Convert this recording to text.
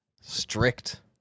Strict